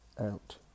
out